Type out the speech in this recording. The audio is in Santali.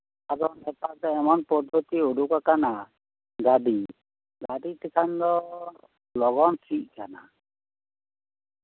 ᱟᱫᱚ ᱱᱮᱛᱟᱨ ᱫᱚ ᱮᱢᱚᱱ ᱯᱚᱫᱽᱫᱷᱚᱛᱤ ᱩᱰᱩᱠ ᱟᱠᱟᱱᱟ ᱜᱟᱹᱰᱤ ᱜᱟᱹᱰᱤ ᱛᱮᱠᱷᱟᱱ ᱫᱚ ᱞᱚᱜᱚᱱ ᱥᱤᱜ ᱠᱟᱱᱟ